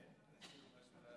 אני מזמין את חבר הכנסת